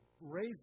raise